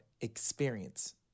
experience